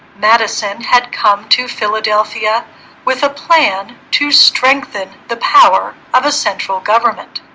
madison had come to philadelphia with a plan to strengthen the power of a central government